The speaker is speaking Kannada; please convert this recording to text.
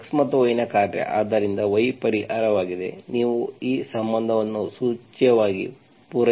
ಆದ್ದರಿಂದ y ಪರಿಹಾರವಾಗಿದೆ ನೀವು ಈ ಸಂಬಂಧವನ್ನು ಸೂಚ್ಯವಾಗಿ ಪೂರೈಸಬಹುದು